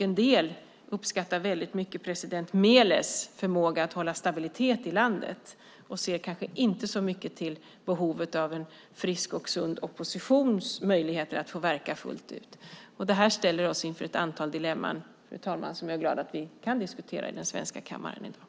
En del uppskattar president Meles förmåga att hålla stabilitet i landet och ser kanske inte så mycket till behovet av en frisk och sund oppositions möjligheter att verka fullt ut. Detta ställer oss inför ett antal dilemman, fru talman, som jag är glad att vi kan diskutera i den svenska kammaren i dag.